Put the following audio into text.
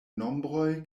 nombroj